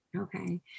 Okay